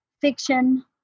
fiction